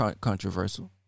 controversial